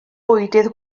bwydydd